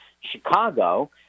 Chicago